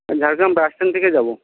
আমি Jhargram bus stand থেকে যাব